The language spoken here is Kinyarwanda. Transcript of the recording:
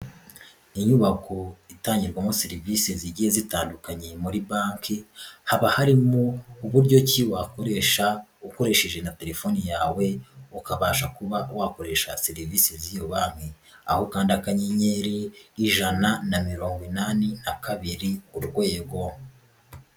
Inyubako itangirwamo serivisi zigiye zitandukanye muri banki, haba harimo uburyo ki wakoresha ukoresheje na telefoni yawe ukabasha kuba wakoresha terivisi z'iyo banki, aho kandi akanyenyeri ijana na mirongo inani na kabiri urwego.